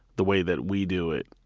the way that we do it.